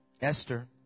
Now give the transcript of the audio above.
Esther